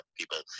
people